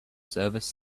service